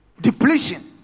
depletion